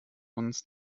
uns